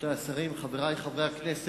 רבותי השרים, חברי חברי הכנסת,